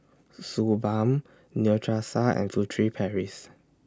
Suu Balm Neostrata and Furtere Paris